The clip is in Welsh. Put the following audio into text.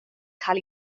cael